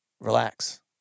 Relax